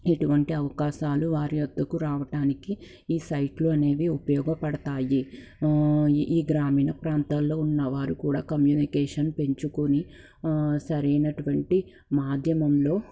ఇటువంటి అవకాశాలు వారి వద్దకు రావటానికి ఈ సైట్లు అనేవి ఉపయోగపడతాయి ఈ గ్రామీణ ప్రాంతాల్లో ఉన్న వారు కూడా కమ్యూనికేషన్ పెంచుకొని సరైనటువంటి మాధ్యమంలో